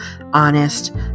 honest